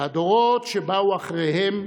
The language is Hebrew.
והדורות שבאו אחריהם,